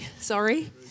sorry